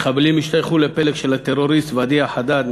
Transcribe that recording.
המחבלים השתייכו לפלג של הטרוריסט ודיע חדאד,